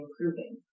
improving